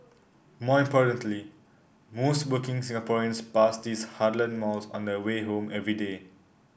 more importantly most working Singaporeans pass these heartland malls on their way home every day